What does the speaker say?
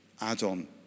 add-on